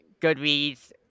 Goodreads